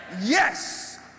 Yes